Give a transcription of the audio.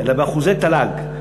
אלא באחוזי תל"ג,